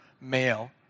male